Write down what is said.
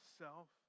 self